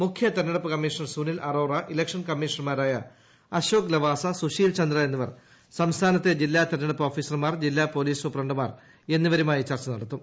മുഖ്യ തിരഞ്ഞെടുപ്പ് കമ്മീഷണർ സുനിൽ അറോറ ഇലക്ഷൻ കമ്മീഷണർമാരായ അശോക് ലവാസ സുശീൽ ചന്ദ്ര എന്നിവർ സംസ്ഥാനത്തെ ജില്ലാ തെരഞ്ഞെടുപ്പ് ഓഫീസർമാർ ജില്ലാ പൊലീസ് സൂപ്രണ്ടുമാർ എന്നിവരുമായി ച്ചർച്ച നടത്തും